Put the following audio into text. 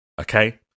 Okay